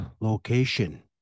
location